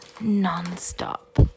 Non-stop